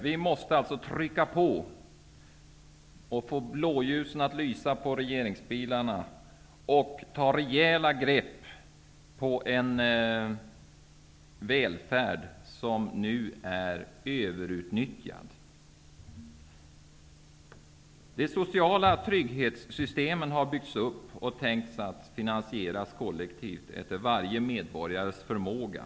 Vi måste trycka på och få blåljusen att lysa på regeringsbilarna, ta rejäla grepp på en välfärd som är överutnyttjad. De sociala trygghetssystemen har byggts upp och tänkts att finansieras kollektivt efter varje medborgares förmåga.